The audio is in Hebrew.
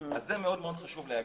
זה מאוד חשוב לומר.